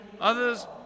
others